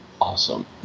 awesome